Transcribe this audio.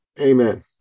amen